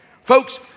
Folks